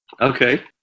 Okay